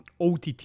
OTT